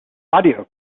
audio